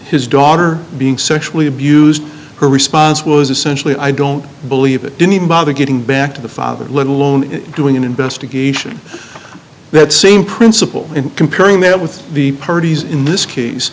his daughter being sexually abused her response was essentially i don't believe it didn't even bother getting back to the father let alone doing an investigation that same principle and comparing that with the parties in this case